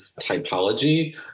typology